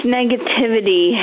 negativity